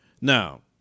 now